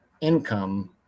income